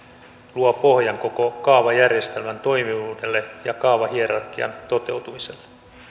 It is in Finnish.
luo pohjan koko kaavajärjestelmän toimivuudelle ja kaavahierarkian toteutumiselle